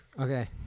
Okay